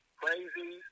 crazy